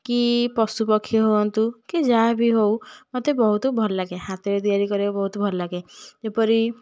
କି ପଶୁପକ୍ଷୀ ହୁଅନ୍ତୁ କି ଯାହା ବି ହେଉ ମୋତେ ବହୁତ ଭଲ ଲାଗେ ହାତରେ ତିଆରି କରିବାକୁ ବହୁତ ଭଲ ଲାଗେ ଯେପରି